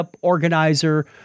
organizer